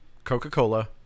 Coca-Cola